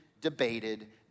debated